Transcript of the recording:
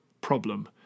problem